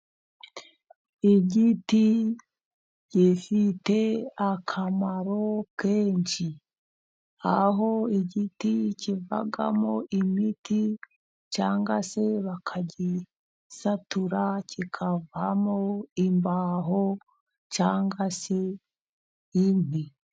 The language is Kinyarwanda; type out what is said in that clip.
Igiti gifite akamaro kenshi. Aho igiti kivamo imiti, cyangwa se bakagisatura kikavamo imbaho, cyangwa se inkwi.